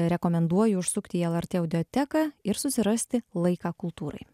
rekomenduoju užsukt į lrt audioteką ir susirasti laiką kultūrai